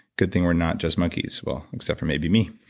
good thing we're not just monkeys, well, except for maybe me